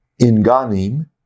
Inganim